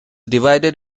divided